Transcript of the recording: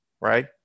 right